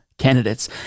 candidates